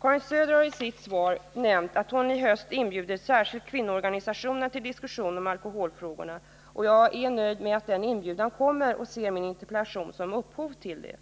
Karin Söder har i sitt svar nämnt att hon i höst inbjuder särskilt kvinnoorganisationerna till diskussion om alkoholfrågorna. Jag är nöjd med att den inbjudan kommer och ser min interpellation som upphovet till det.